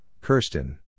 Kirsten